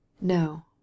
No